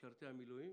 למשרתי המילואים